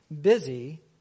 busy